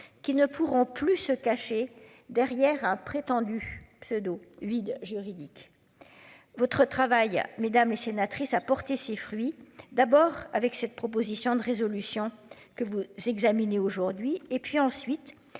qui ne pourront plus se cacher derrière un prétendu pseudo vide juridique. Votre travail mesdames les sénatrices a porté ses fruits. D'abord avec cette proposition de résolution que vous examinez aujourd'hui et puis ensuite